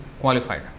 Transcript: qualified